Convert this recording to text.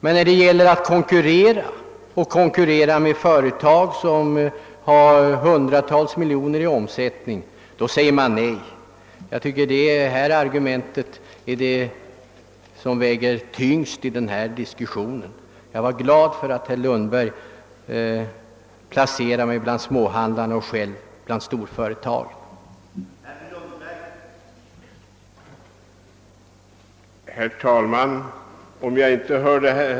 Men när det gäller att ge dessa företag möjlighet att på lika villkor konkurrera med de stora varuhusen och de större affärerna då åberopas detta. Jag tycker att möjligheterna att konkurrera är det argument som väger tyngst i diskussionen. Det var intressant att kunna konstatera att herr Lundberg placerade mig bland småhandlarna och sig själv bland storföretagen.